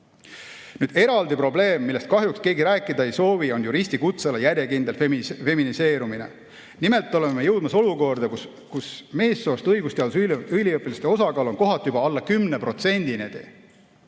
Eraldi probleem, millest kahjuks keegi rääkida ei soovi, on juristi kutseala järjekindel feminiseerumine. Nimelt oleme jõudmas olukorda, kus meessoost õigusteaduse üliõpilaste osakaal on kohati juba alla 10%.